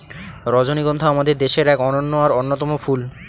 রজনীগন্ধা আমাদের দেশের এক অনন্য আর অন্যতম ফুল